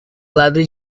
lado